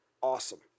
awesome